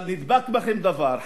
אבל נדבק בכם דבר,